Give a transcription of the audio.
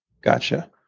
Gotcha